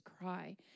cry